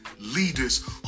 leaders